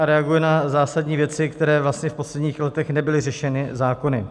Reaguje na zásadní věci, které v posledních letech nebyly řešeny zákonem.